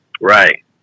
Right